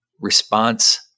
response